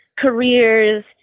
careers